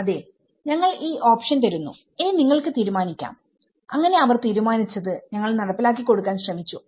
അതേ ഞങ്ങൾ ഈ ഓപ്ഷൻ തരുന്നു ഇനി നിങ്ങൾക്ക് തീരുമാനിക്കാം അങ്ങനെ അവർ തീരുമാനിച്ചത് ഞങ്ങൾ നടപ്പിലാക്കിക്കൊടുക്കാൻ ശ്രമിച്ചു